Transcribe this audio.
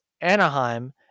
Anaheim